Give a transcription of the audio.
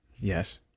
yes